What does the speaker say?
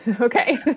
Okay